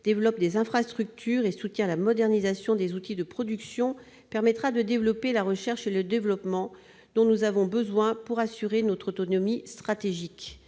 développe des infrastructures et soutient la modernisation des outils de production, permettra de développer la recherche et le développement dont nous avons besoin pour assurer notre autonomie stratégique.